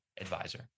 advisor